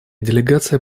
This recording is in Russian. делегация